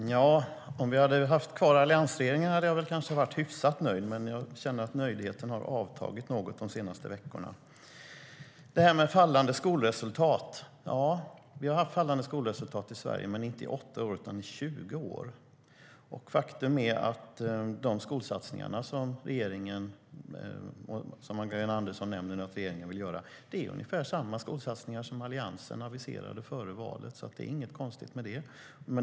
Fru talman! Nja, om vi hade haft kvar alliansregeringen hade jag kanske varit hyfsat nöjd. Jag känner dock att nöjdheten har avtagit något de senaste veckorna. När det gäller fallande skolresultat har vi haft det i Sverige, men inte i 8 år utan i 20 år. Faktum är att de skolsatsningar Magdalena Andersson nämner att regeringen vill göra är ungefär samma skolsatsningar som Alliansen aviserade före valet. Det är alltså inget konstigt med det.